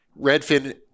Redfin